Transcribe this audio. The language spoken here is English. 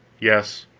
yes,